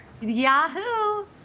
Yahoo